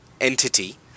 entity